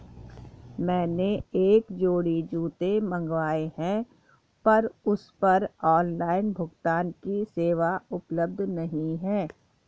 मैंने एक जोड़ी जूते मँगवाये हैं पर उस पर ऑनलाइन भुगतान की सेवा उपलब्ध नहीं है